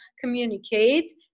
communicate